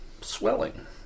swelling